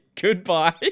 goodbye